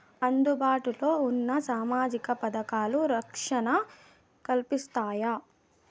అందుబాటు లో ఉన్న సామాజిక పథకాలు, రక్షణ కల్పిస్తాయా?